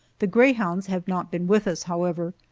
the greyhounds have not been with us, however,